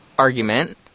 argument